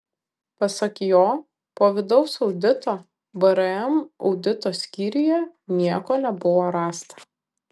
pasak jo po vidaus audito vrm audito skyriuje nieko nebuvo rasta